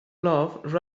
love